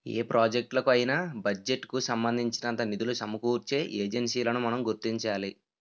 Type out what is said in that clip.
ఏ ప్రాజెక్టులకు అయినా బడ్జెట్ కు సంబంధించినంత నిధులు సమకూర్చే ఏజెన్సీలను మనం గుర్తించాలి